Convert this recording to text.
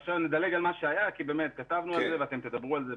נדלג על מה שהיה כי באמת כתבנו על זה ואתם תדברו על זה.